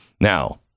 now